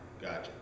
Gotcha